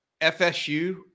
FSU